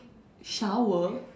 shower